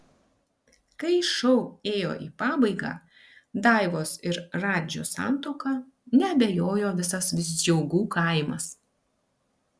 kai šou ėjo į pabaigą daivos ir radžio santuoka neabejojo visas visdžiaugų kaimas